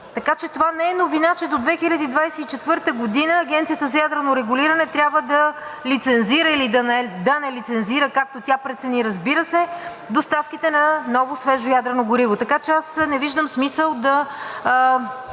Така че това не е новина, че до 2024 г. Агенцията за ядрено регулиране трябва да лицензира или да не лицензира – както тя прецени, разбира се, доставките на ново, свежо ядрено гориво. Аз не виждам смисъл да